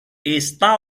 está